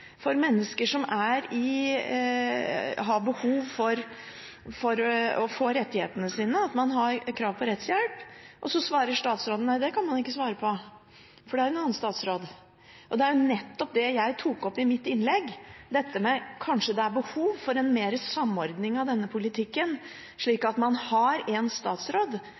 for mennesker som har behov for å få oppfylt rettighetene sine – man har krav på rettshjelp – så svarer statsråden at det kan han ikke svare på, for det har en annen statsråd ansvaret for. Det er nettopp det jeg tok opp i mitt innlegg, dette med at det kanskje er behov for mer samordning av denne politikken, slik at man har én statsråd